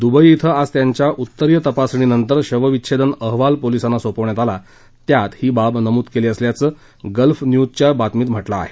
Dubai इथं आज त्यांच्या उत्तरीय तपासणीनंतर शवविच्छेदन अहवाल पोलिसांना सोपवण्यात आला त्यात ही बाब नमूद केली असल्याचं गल्फ न्यूजच्या बातमीत म्हटलं आहे